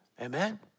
Amen